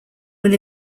will